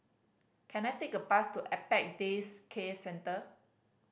can I take a bus to Apex Day Care Centre